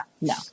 no